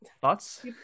thoughts